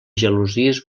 gelosies